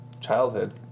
childhood